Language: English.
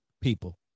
people